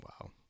Wow